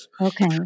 Okay